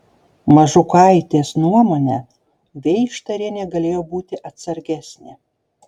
mažuikaitės nuomone veištarienė galėjo būti atsargesnė